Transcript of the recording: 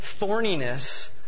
thorniness